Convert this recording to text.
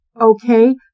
Okay